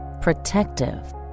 protective